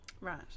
Right